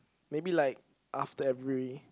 maybe like after every